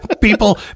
People